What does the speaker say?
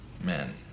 men